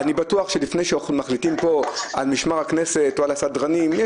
אני בטוח שכאשר מחליטים פה על משמר הכנסת או על הסדרנים אז